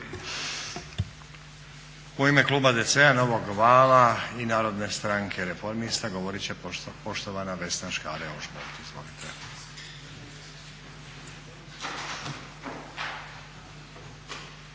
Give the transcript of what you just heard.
U ime kluba DC-a, Novog vala i Narodne stranke – reformista govorit će poštovana Vesna Škare-Ožbolt. Izvolite.